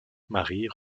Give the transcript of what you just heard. marie